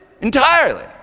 Entirely